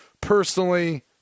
personally